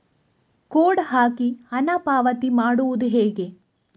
Code ಹಾಕಿ ಹಣ ಪಾವತಿ ಮಾಡೋದು ಹೇಗೆ?